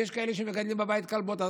ויש כאלה שמגדלים בבית כלבות.